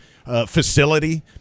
facility